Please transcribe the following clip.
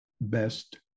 best